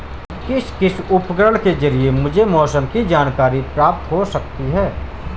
किस किस उपकरण के ज़रिए मुझे मौसम की जानकारी प्राप्त हो सकती है?